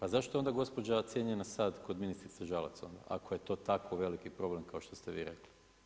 A zašto je onda gospođa cijenjena sad kod ministrice Žalac, ako je to tako veliki problem kao što ste vi rekli?